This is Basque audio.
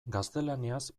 gaztelaniaz